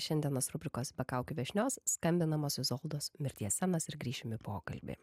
šiandienos rubrikos be kaukių viešnios skambinamos izoldos mirties scenos ir grįšim į pokalbį